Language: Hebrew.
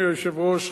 אדוני היושב-ראש,